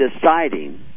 deciding